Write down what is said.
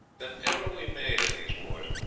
than ever we made in these wars,